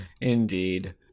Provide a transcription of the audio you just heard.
indeed